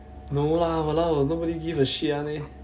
no lah !walao! nobody give a shit one leh